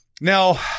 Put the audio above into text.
Now